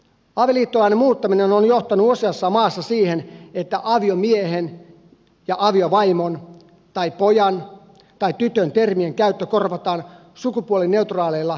avioliittolain muuttaminen on johtanut useassa maassa siihen että termien aviomies ja aviovaimo tai poika ja tyttö käyttö korvataan sukupuolineutraaleilla termeillä